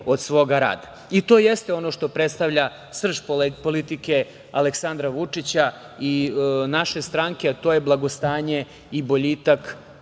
od svog rada. To jeste ono što predstavlja srž politike Aleksandra Vučića i naše stranke, a to je blagostanje i boljitak